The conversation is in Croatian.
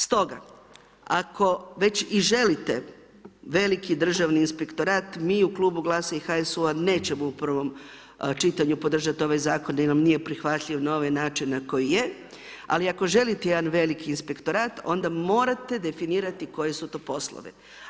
Stoga ako već i želite veliki državni inspektorat mi u Klubu GLAS-a i HSU-a, nećemo u prvom čitanju podržati ovaj zakon jer nam nije prihvatljiv na ovaj način na koji je, ali ako želite jedan veliki inspektorat onda morate definirati koji su to poslovi.